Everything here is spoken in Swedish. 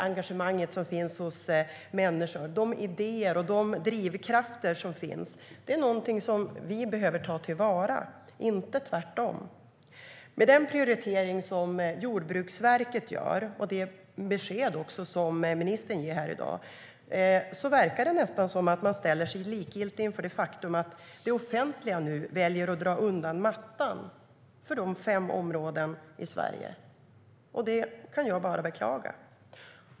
Engagemanget hos människor, idéer och drivkrafter, är något som behöver tas till vara - inte tvärtom. Med den prioritering som Jordbruksverket gör, och det besked som ministern ger i dag, verkar det nästan som att man ställer sig likgiltig inför det faktum att det offentliga väljer att dra undan mattan för de fem områdena i Sverige. Det kan jag bara beklaga.